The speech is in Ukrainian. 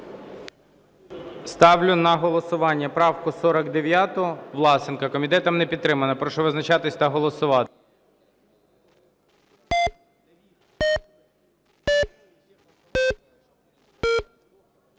Ставлю на голосування правку 110, Демченко. Комітетом не підтримана. Прошу визначатися та голосувати.